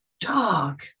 dog